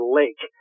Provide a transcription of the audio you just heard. lake